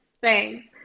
Thanks